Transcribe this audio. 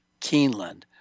Keeneland